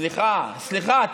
סליחה, סליחה.